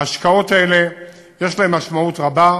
ההשקעות האלה יש להן משמעות רבה.